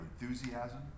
enthusiasm